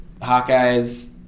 Hawkeyes